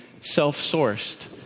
self-sourced